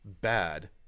bad